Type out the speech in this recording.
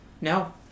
No